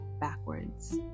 backwards